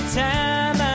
time